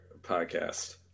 podcast